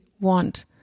want